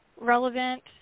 relevant